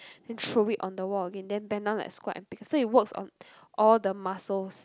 then throw it on the wall again then bend down like squat and pick so it works on all the muscles